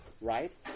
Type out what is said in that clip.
right